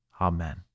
amen